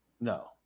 no